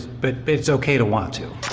but but it's okay to want to.